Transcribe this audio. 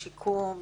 בשיקום,